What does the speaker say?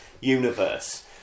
universe